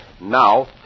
now